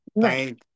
Thank